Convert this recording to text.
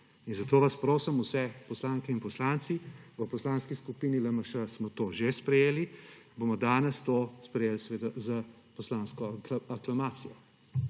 Zato vas prosim, vse poslanke in poslance, v Poslanski skupini LMŠ smo to že sprejeli, bomo danes to sprejeli seveda s poslansko aklamacijo.